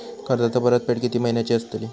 कर्जाची परतफेड कीती महिन्याची असतली?